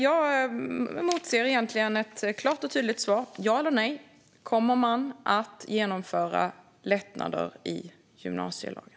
Jag motser egentligen ett klart och tydligt svar - ja eller nej: Kommer man att genomföra lättnader i gymnasielagen?